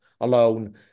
alone